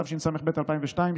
התשס"ב 2002,